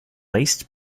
least